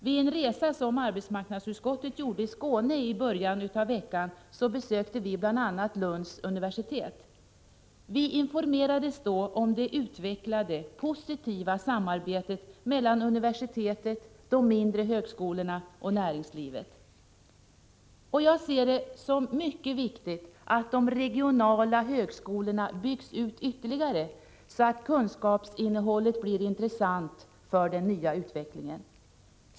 Vid en resa som arbetsmarknadsutskottet gjorde i Skåne i början av veckan besökte vi bl.a. Lunds universitet. Vi informerades då om det utvecklade positiva samarbetet mellan universitetet, de mindre högskolorna och näringslivet. Jag ser det som mycket viktigt att de regionala högskolorna byggs ut ytterligare, så att kunskapsinnehållet blir intressant för den nya utvecklingen.